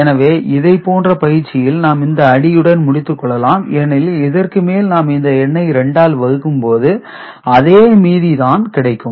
எனவே இதைப்போன்ற பயிற்சியில் நாம் இந்த அடியுடன் முடித்துக் கொள்ளலாம் ஏனெனில் இதற்குமேல் நாம் இந்த எண்ணை 2 ஆல் ஆல் வகுக்கும்போது அதே மீதி தான் கிடைக்கும்